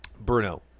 Bruno